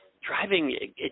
driving